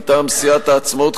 מטעם סיעת העצמאות,